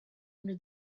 under